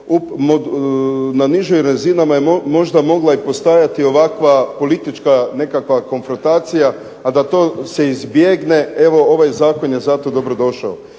na nižim razinama je možda mogla i postojati ovakva politička nekakva konfrontacija, a da to se izbjegne evo ovaj zakon je zato dobrodošao.